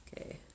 Okay